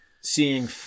seeing